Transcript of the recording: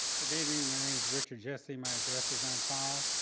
good evening, my name's richard jessie. my address is on file.